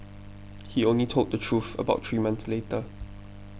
he only told the truth about three months later